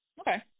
Okay